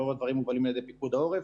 רוב הדברים מובלים על ידי פיקוד העורף.